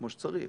כמו שצריך.